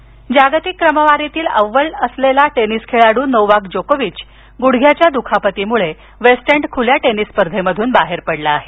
tennis जागतिक क्रमवारीतील अव्वल असलेला टेनिस खेळाडू नोवाक जोकोविच गुडघ्याच्या दुखापतीमुळे वेस्टएंड खुल्या टेनिस स्पर्धेतून बाहेर पडला आहे